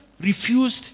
refused